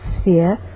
sphere